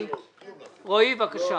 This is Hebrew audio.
רועי, בבקשה